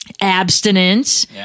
abstinence